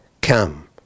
come